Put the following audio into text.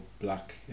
black